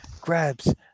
grabs